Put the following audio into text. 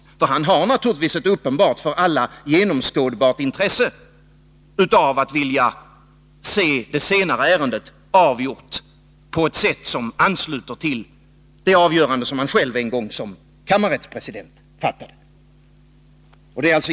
Han har naturligtvis ett för alla genomskådbart intresse av att se det senare ärendet avgjort på ett sätt som ansluter till det avgörande som han själv en gång fattat som kammarrättspresident.